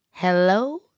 Hello